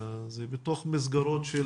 זה בתוך מסגרות של